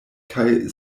kaj